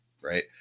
right